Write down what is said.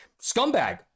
scumbag